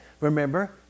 Remember